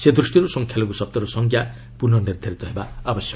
ସେ ଦୃଷ୍ଟିରୁ ସଂଖ୍ୟାଲଘୁ ଶବ୍ଦର ସଂଜ୍ଞା ପୁନଃ ନିର୍ଦ୍ଧାରିତ ହେବା ଆବଶ୍ୟକ